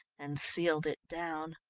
and sealed it down.